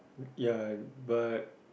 ya but